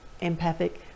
empathic